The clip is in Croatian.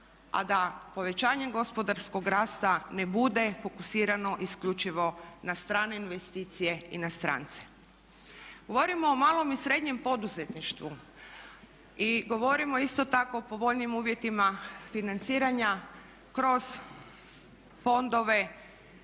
a da povećanjem gospodarskog rasta ne bude fokusirano isključivo na strane investicije i na strance. Govorimo o malom i srednjem poduzetništvu i govorimo isto tako o povoljnijim uvjetima financiranja kroz fondove